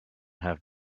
have